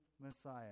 messiah